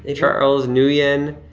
ah charles nguyen,